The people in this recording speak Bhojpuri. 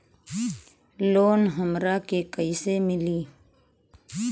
लोन हमरा के कईसे मिली?